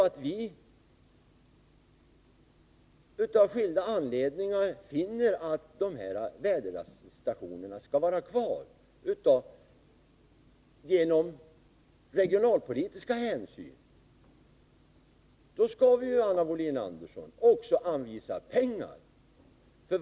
Om vi av skilda anledningar finner att de här väderstationerna skall vara kvar av regionalpolitiska hänsyn skall vi, Anna Wohlin-Andersson, också anvisa pengar till dem.